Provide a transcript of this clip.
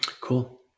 Cool